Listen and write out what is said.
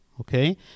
okay